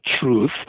truth